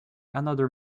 another